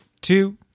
two